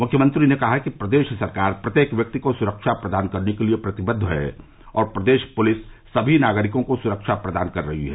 मुख्यमंत्री ने कहा कि प्रदेश सरकार प्रत्येक व्यक्ति को सुरक्षा प्रदान करने के लिए प्रतिबद्द है और प्रदेश पुलिस समी नागरिकों को सुरक्षा प्रदान कर रही है